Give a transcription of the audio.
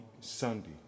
Sunday